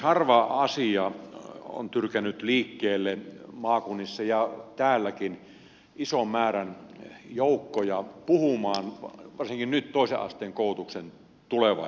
harva asia on tyrkännyt liikkeelle maakunnissa ja täälläkin niin ison määrän joukkoja puhumaan kuin varsinkin nyt toisen asteen koulutuksen tulevaisuus